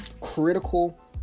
critical